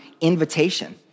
invitation